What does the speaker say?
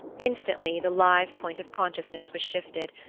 instantly the live point of consciousness was shifted,